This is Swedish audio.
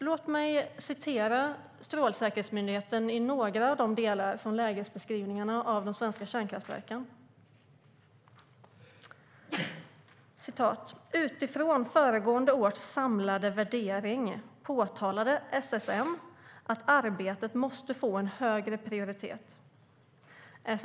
Låt mig citera vad Strålsäkerhetsmyndigheten skriver i några av lägesbeskrivningarna när det gäller de svenska kärnkraftverken: "Utifrån föregående års samlade värdering påtalade SSM att arbetet måste få en högre prioritet.